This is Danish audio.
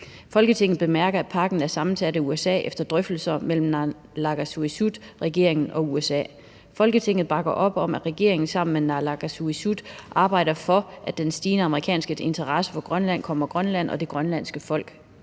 Folketinget bemærker, at pakken er sammensat af USA efter drøftelser mellem Naalakkersuisut, regeringen og USA. Folketinget bakker op om, at regeringen sammen med Naalakkersuisut arbejder for, at den stigende amerikanske interesse for Grønland kommer Grønland og det grønlandske folk